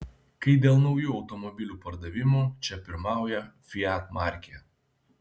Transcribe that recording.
kai dėl naujų automobilių pardavimų čia pirmauja fiat markė